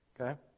Okay